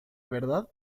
verdad